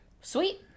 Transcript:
Sweet